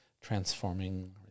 transforming